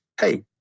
hey